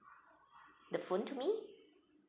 the phone to me